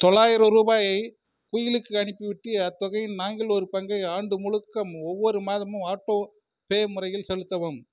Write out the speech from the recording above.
தொளாயிரம் ரூபாயை குயிலிக்கு அனுப்பிவிட்டு அத்தொகையின் நான்கில் ஒரு பங்கை ஆண்டு முழுக்க ஒவ்வொரு மாதமும் ஆட்டோ பே முறையில் செலுத்தவும்